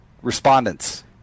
respondents